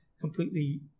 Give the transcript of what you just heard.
completely